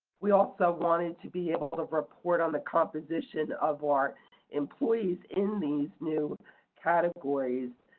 we also wanted to be able to report on the composition of our employees in these new categories.